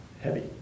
heavy